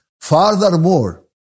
Furthermore